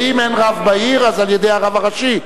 ואם אין רב בעיר, אז על-ידי הרב הראשי?